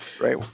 Right